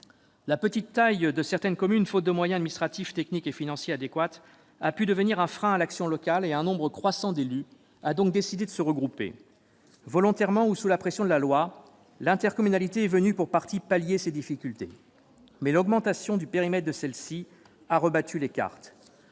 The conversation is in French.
La petite taille de certaines communes a pu devenir, faute de moyens administratifs, techniques et financiers adéquats, un frein à l'action locale et un nombre croissant d'élus ont donc opté pour un regroupement. Volontairement ou sous la pression de la loi, l'intercommunalité est venue, pour partie, pallier ces difficultés, mais l'augmentation du périmètre de celle-ci a rebattu les cartes.